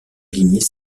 lignées